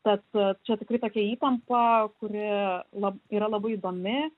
tad čia tikrai tokia įtampa kuri lab yra labai įdomi